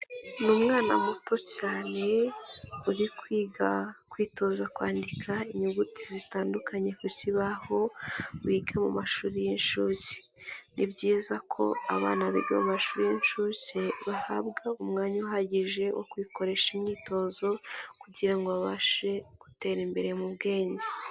Ni umwana muto cyane uri kwiga kwitoza kwandika inyuguti zitandukanye ku kibaho, wiga mu mashuri y'inshuke. Ni byiza ko abana biga mu mashuri y'inshuke bahabwa umwanya uhagije wo kwikoresha imyitozo kugira ngo babashe gutera imbere mu bwenge.